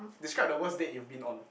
describe the worst date you've been on